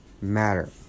matter